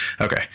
Okay